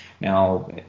Now